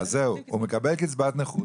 הוא מקבל קצבת נכות,